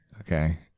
okay